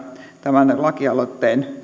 tämän tämän lakialoitteen